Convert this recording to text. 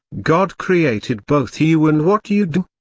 god created both you and what you do.